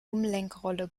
umlenkrolle